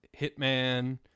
Hitman